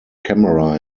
camera